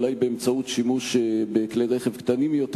אולי באמצעות שימוש בכלי-רכב קטנים יותר,